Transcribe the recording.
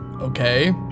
Okay